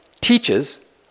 teaches